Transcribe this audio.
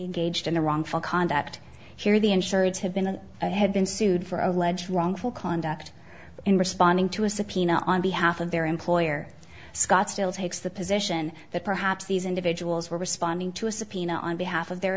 engaged in a wrongful conduct here the insurers have been and i have been sued for alleged wrongful conduct in responding to a subpoena on behalf of their employer scott still takes the position that perhaps these individuals were responding to a subpoena on behalf of their